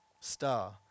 star